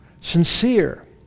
sincere